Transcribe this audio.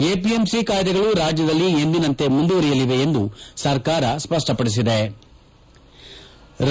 APMC ಕಾಯ್ದೆಗಳು ರಾಜ್ಯದಲ್ಲಿ ಎಂದಿನಂತೆ ಮುಂದುವರಿಯಲಿವೆ ಎಂದು ಸರ್ಕಾರ ಸ್ಪಷ್ವಪದಿಸಿವೆ